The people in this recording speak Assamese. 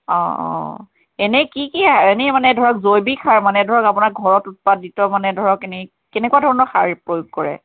অ অ এনেই কি কি এনেই মানে ধৰক জৈৱিক সাৰ মানে ধৰক আপোনাৰ ঘৰত উৎপাদিত মানে ধৰক এনেই কেনেকুৱা ধৰণৰ সাৰ প্ৰয়োগ কৰে